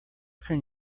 can